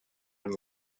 and